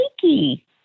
Sneaky